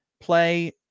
play